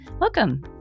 Welcome